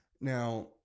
Now